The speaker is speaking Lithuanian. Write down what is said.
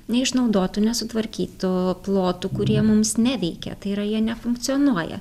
neišnaudotų nesutvarkytų plotų kurie mums neveikia tai yra jie nefunkcionuoja